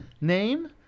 name